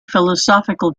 philosophical